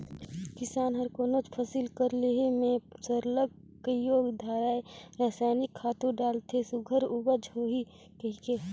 किसान हर कोनोच फसिल कर लेहे में सरलग कइयो धाएर रसइनिक खातू डालथे सुग्घर उपज होही कहिके